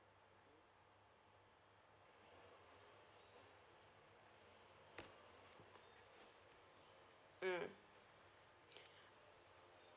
mm